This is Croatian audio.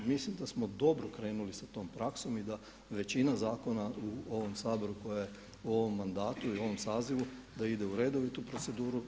Mislim da smo dobro krenuli sa tom praksom i da većina zakona u ovom Saboru koja je u ovom mandatu i u ovom sazivu da ide u redovitu proceduru.